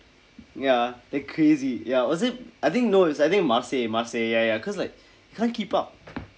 ya their crazy ya was it I think no it was I think masay masay ya ya cause like can't keep up